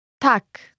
Tak